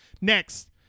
Next